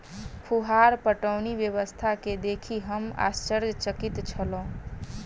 फुहार पटौनी व्यवस्था के देखि हम आश्चर्यचकित छलौं